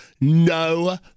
no